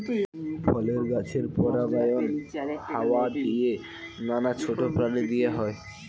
ফলের গাছের পরাগায়ন হাওয়া দিয়ে, নানা ছোট প্রাণী দিয়ে হয়